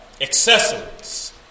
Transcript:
accessories